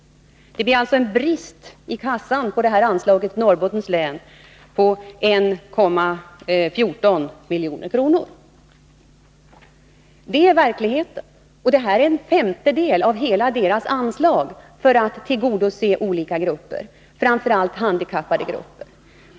Det blir alltså en brist i kassan på 1,14 milj.kr. när det gäller anslaget till Norrbottens län. Detta är verkligheten. Det är en femtedel av hela anslaget för att tillgodose olika grupper, framför allt handikappade.